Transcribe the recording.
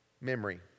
memory